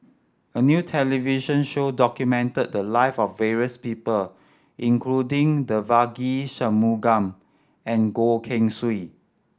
a new television show documented the live of various people including Devagi Sanmugam and Goh Keng Swee